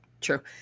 true